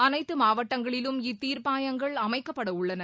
அனைத்து மாவட்டங்களிலும் இத்தீர்ப்பாயங்கள் அமைக்கப்பட உள்ளன